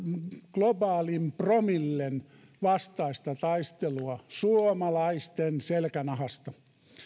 globaalin promillen vastaista taistelua suomalaisten selkänahasta